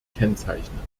kennzeichnend